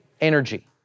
energy